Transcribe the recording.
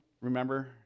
remember